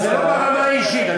זה לא ברמה האישית.